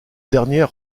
dernière